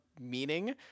meaning